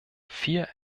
vier